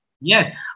Yes